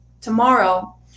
tomorrow